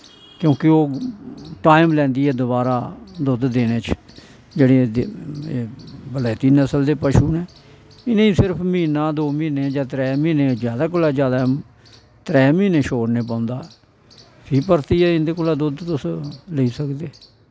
क्योंकि ओह् टाइम लैंदी ऐ दोबारा दुध देने च जेह्ड़ी ओह् बलैती नस्ल दे पशु नै इनेंगी सिर्फ म्हीना दो म्हीने जां त्रै म्हीनें जैदा कोलां जैदा त्रै म्हीने छोड़ने पौंदा फिर परतिये इंदे कोला दुध तुस लेई सकदे